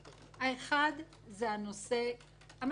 האחד הוא הנושא המדיני.